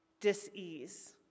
dis-ease